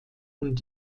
und